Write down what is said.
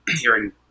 hearing